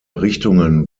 richtungen